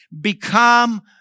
Become